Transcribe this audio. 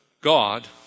God